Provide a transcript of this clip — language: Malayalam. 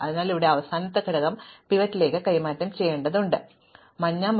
അതിനാൽ എനിക്ക് ഇവിടെ അവസാന ഘടകം എടുത്ത് പിവറ്റിലേക്ക് കൈമാറ്റം ചെയ്യേണ്ടതുണ്ട് അതാണ് ഇത് സംഭവിക്കുന്നത്